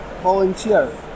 volunteer